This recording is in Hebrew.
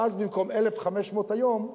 ואז במקום 1,500 היום,